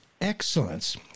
excellence